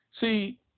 See